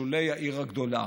לשולי העיר הגדולה.